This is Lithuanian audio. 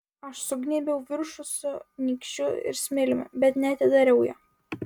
aš sugnybiau viršų su nykščiu ir smiliumi bet neatidariau jo